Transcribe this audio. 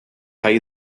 hay